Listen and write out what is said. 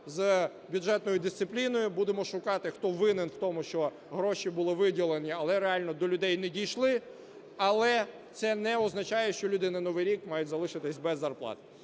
з бюджетною дисципліною. Будемо шукати, хто винен в тому, що гроші були виділені, але реально до людей не дійшли. Але це не означає, що люди на Новий рік мають залишитись без зарплат.